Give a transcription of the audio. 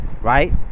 right